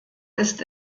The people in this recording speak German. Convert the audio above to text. ist